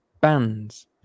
bands